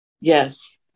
Yes